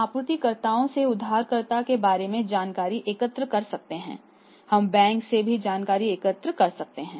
हम आपूर्तिकर्ताओं से उधारकर्ता के बारे में जानकारी एकत्र कर सकते हैं हम बैंक से भी जानकारी एकत्र कर सकते हैं